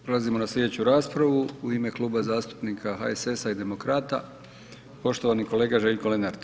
Prelazimo na slijedeću raspravu u ime Kluba zastupnika HSS-a i demokrata poštovani kolega Željko Lenart.